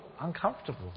uncomfortable